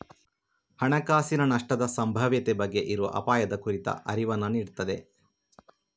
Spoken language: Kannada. ಹಣಕಾಸಿನ ನಷ್ಟದ ಸಂಭಾವ್ಯತೆ ಬಗ್ಗೆ ಇರುವ ಅಪಾಯದ ಕುರಿತ ಅರಿವನ್ನ ನೀಡ್ತದೆ